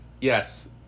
yes